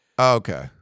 okay